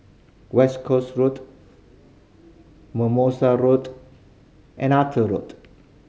West Camp Road Mimosa Road and Arthur Road